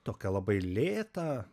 tokią labai lėtą